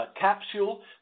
capsule